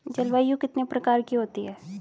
जलवायु कितने प्रकार की होती हैं?